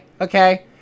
okay